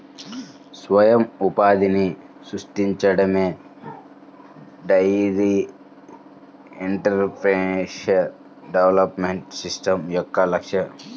స్వయం ఉపాధిని సృష్టించడమే డెయిరీ ఎంటర్ప్రెన్యూర్షిప్ డెవలప్మెంట్ స్కీమ్ యొక్క లక్ష్యం